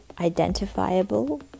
identifiable